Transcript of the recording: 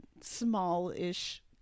small-ish